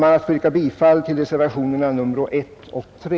Jag ber att få yrka bifall till reservationerna 1 och 3.